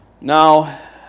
Now